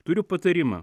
turiu patarimą